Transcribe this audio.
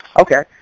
Okay